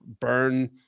burn